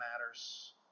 matters